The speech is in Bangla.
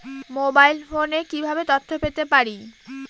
মোবাইল ফোনে কিভাবে তথ্য পেতে পারি?